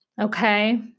Okay